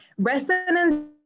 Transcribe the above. Resonance